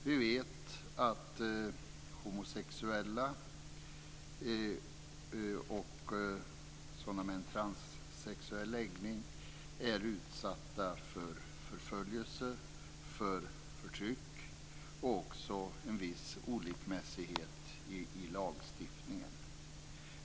Vi vet att homosexuella och personer med transsexuell läggning är utsatta för förföljelse, förtryck och också en viss olikmässighet i lagstiftningen.